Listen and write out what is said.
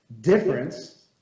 difference